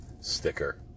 sticker